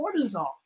cortisol